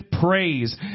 praise